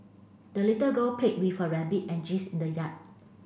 the little girl played with her rabbit and in the yard